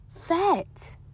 fat